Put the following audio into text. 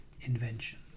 invention